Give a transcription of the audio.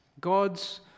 God's